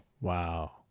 wow